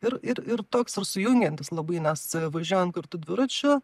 ir ir ir toks ir sujungiantis labai nes važiuojant kartu dviračiu